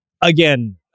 again